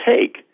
take